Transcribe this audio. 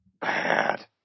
Bad